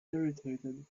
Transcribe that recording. irritated